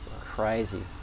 Crazy